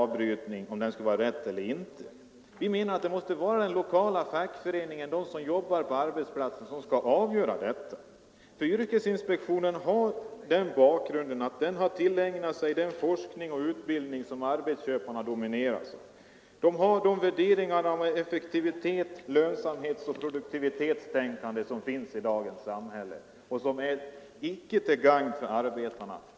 Vi menar att det måste vara den lokala fackföreningen — de som jobbar på arbetsplatsen — som skall avgöra saken. Yrkesinspektionen har tillägnat sig den forskning och utbildning som domineras av arbetsköparnas synpunkter. I bakgrunden ligger effektivitets-, lönsamhetsoch produktivitetstänkandet i dagens samhälle, och det är icke till gagn för arbetarna.